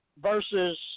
versus